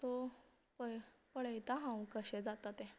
so पय पळयता हांव कशें जाता तें